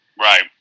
Right